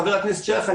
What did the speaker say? חבר הכנסת שלח,